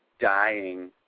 dying